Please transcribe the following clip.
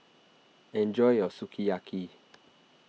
enjoy your Sukiyaki